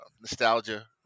nostalgia